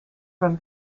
from